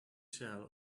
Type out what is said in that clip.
shell